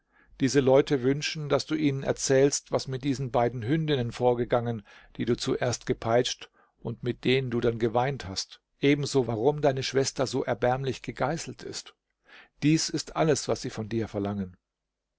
diese leute wünschen daß du ihnen erzählst was mit diesen beiden hündinnen vorgegangen die du zuerst gepeitscht und mit denen du dann geweint hast ebenso warum deine schwester so erbärmlich gegeißelt ist dies ist alles was sie von dir verlangen